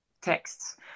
texts